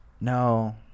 no